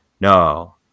No